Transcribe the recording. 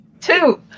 two